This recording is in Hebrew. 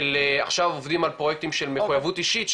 של עכשיו עובדים על פרויקטים של מחויבות אישית,